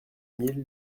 mille